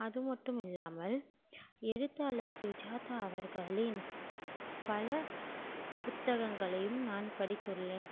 அது மட்டும் இல்லாமல் எழுத்தாளர் சுஜாதா அவர்களின் பல புத்தகங்களையும் நான் படித்துள்ளேன்